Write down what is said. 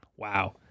Wow